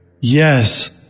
Yes